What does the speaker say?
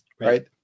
right